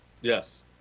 Yes